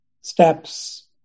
steps